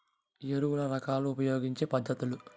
ఎరువుల రకాలు ఉపయోగించే పద్ధతులు?